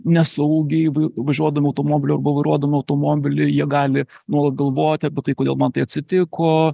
nesaugiai važiuodami automobiliu arba vairuodami automobilį jie gali nuolat galvoti apie tai kodėl man tai atsitiko